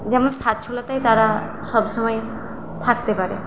যেন স্বাচ্ছলতায় তারা সবসময় থাকতে পারে